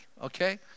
Okay